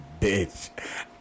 bitch